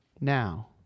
Now